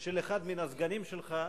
של אחד מהסגנים שלך,